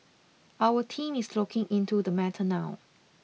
our team is looking into the matter now